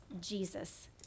Jesus